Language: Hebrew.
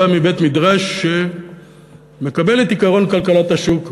בא מבית-מדרש שמקבל את עקרון כלכלת השוק,